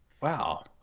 Wow